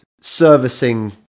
servicing